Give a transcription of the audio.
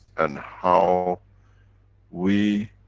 and how we